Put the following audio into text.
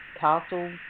Castle